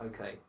Okay